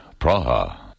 Praha